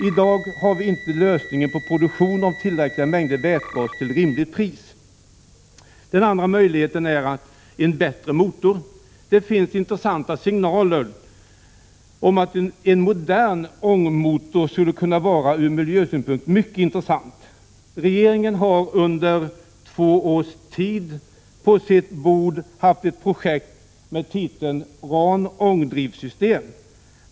I dag har vi inte lösningen på produktionen av tillräckligt stora mängder vätgas till ett rimligt pris. Den andra möjligheten är att utveckla en bättre motor. Det finns intressanta signaler om att en modern ångmotor skulle kunna vara från miljösynpunkt mycket intressant. Regeringen har under två års tid haft ett projekt med titeln RAN ångdrivsystem på sitt bord.